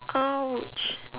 !ouch!